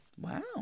wow